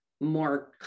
more